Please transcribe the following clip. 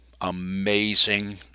amazing